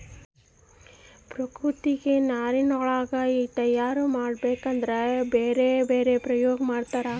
ಪ್ರಾಕೃತಿಕ ನಾರಿನಗುಳ್ನ ತಯಾರ ಮಾಡಬೇಕದ್ರಾ ಬ್ಯರೆ ಬ್ಯರೆ ಪ್ರಯೋಗ ಮಾಡ್ತರ